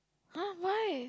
[huh] why